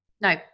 no